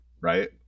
right